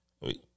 Wait